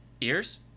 ears